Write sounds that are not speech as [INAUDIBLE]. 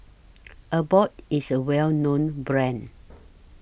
[NOISE] Abbott IS A Well known Brand